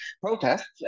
protests